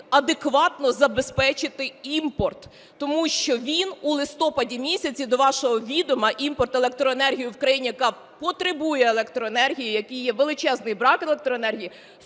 адекватно забезпечити імпорт, тому що він у листопаді місяці, до вашого відома, імпорт електроенергії в країні, яка потребує електроенергії, в якій є величезний брак електроенергії,